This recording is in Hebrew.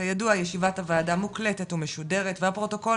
כידוע ישיבת הוועדה מוקלטת ומשודרת והפרוטוקול